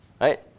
Right